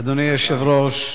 אדוני היושב-ראש,